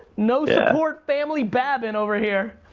no-support-family babin over here.